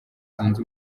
zunze